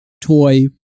toy